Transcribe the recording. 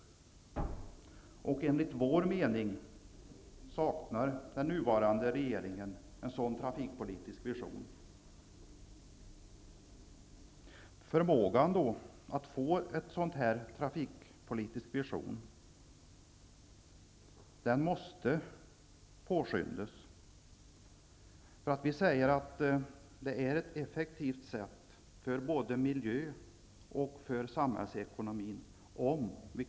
Enligt vår uppfattning saknar den nuvarande regeringen en sådan trafikpolitisk vision. Förmågan att på ett effektivt sätt organisera transporter och kommunikationer får alltså en avgörande betydelse för utvecklingen av välfärd, samhällsekonomi och miljö.